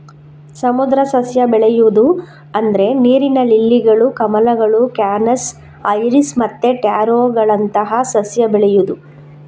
ಸಮುದ್ರ ಸಸ್ಯ ಬೆಳೆಯುದು ಅಂದ್ರೆ ನೀರಿನ ಲಿಲ್ಲಿಗಳು, ಕಮಲಗಳು, ಕ್ಯಾನಸ್, ಐರಿಸ್ ಮತ್ತೆ ಟ್ಯಾರೋಗಳಂತಹ ಸಸ್ಯ ಬೆಳೆಯುದು